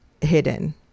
hidden